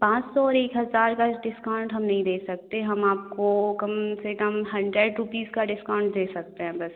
पाँच सौ और एक हज़ार का डिस्काउंट हम नहीं दे सकते हम आपको कम से कम हंड्रेड रुपीज़ का डिस्काउंट दे सकते हैं बस